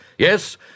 Yes